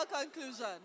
conclusion